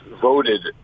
voted—